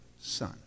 son